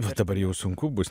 va dabar jau sunku bus